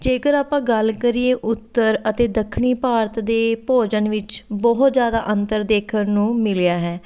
ਜੇਕਰ ਆਪਾਂ ਗੱਲ ਕਰੀਏ ਉੱਤਰ ਅਤੇ ਦੱਖਣੀ ਭਾਰਤ ਦੇ ਭੋਜਨ ਵਿੱਚ ਬਹੁਤ ਜ਼ਿਆਦਾ ਅੰਤਰ ਦੇਖਣ ਨੂੰ ਮਿਲਿਆ ਹੈ